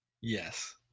Yes